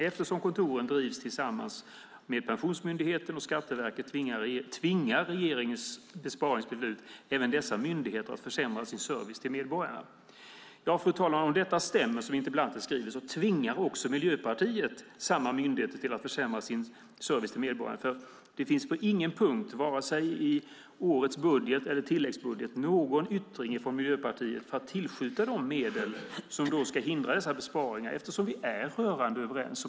Eftersom kontoren drivs tillsammans med Pensionsmyndigheten och Skatteverket tvingar regeringens besparingsbeslut även dessa myndigheter att försämra sin service till medborgarna." Fru talman! Om det som sägs i interpellationen stämmer tvingar också Miljöpartiet samma myndigheter att försämra sin service till medborgarna. Inte på någon punkt, vare sig i årets budget eller i tilläggsbudgeten, finns det någon yttring från Miljöpartiet om att tillskjuta de medel som ska förhindra dessa besparingar eftersom vi är rörande överens.